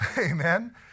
Amen